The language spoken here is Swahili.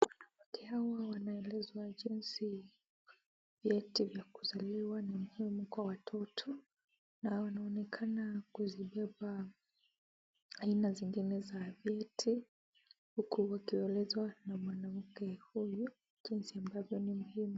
Wanawake hawa wanaelezwa jinsi vyeti vya kuzaliwa ni muhimu kwa watoto na wanaonekana kuzibeba aina zingine za vyeti, huku wakielezwa na mwanamke huyu jinsi ambavyo ni muhimu.